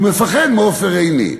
הוא מפחד מעופר עיני,